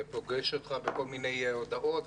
זה פוגש אותך בכל מיני הודעות,